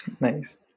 Nice